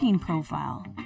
profile